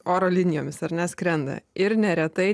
oro linijomis ar ne skrenda ir neretai